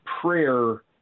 prayer